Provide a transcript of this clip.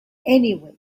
anyway